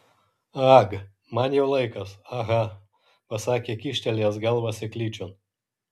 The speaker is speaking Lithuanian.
ag man jau laikas aha pasakė kyštelėjęs galvą seklyčion